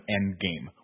Endgame